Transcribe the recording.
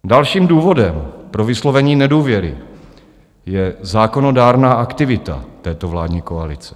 Dalším důvodem pro vyslovení nedůvěry je zákonodárná aktivita této vládní koalice.